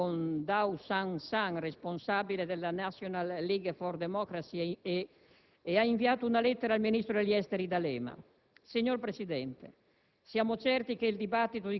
in particolare con Daw San San, responsabile della *National League for Democracy*, ed inviato una lettera al ministro degli affari esteri D'Alema. Signor Presidente,